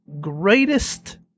greatest